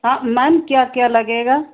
हाँ मैम क्या क्या लगेगा